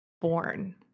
born